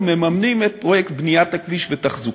חברי חברי הכנסת,